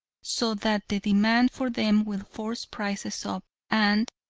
so that the demand for them will force prices up, and,